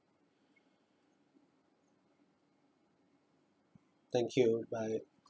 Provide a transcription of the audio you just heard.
thank you bye